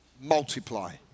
multiply